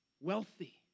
wealthy